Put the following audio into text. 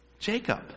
Jacob